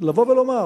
לבוא ולומר